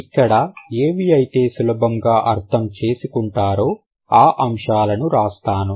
ఇక్కడ ఏవి అయితే సులభముగా అర్థము చేసుకొంటారో ఆ అంశాలను రాస్తాను